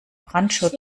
brandschutz